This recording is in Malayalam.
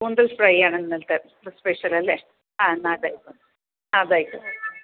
കൂന്തൽ ഫ്രൈ ആണ് ഇന്നത്തെ സ്പെഷ്യൽ അല്ലേ ആ എന്നാൽ അത് ആയി അത് ആയിക്കോട്ടെ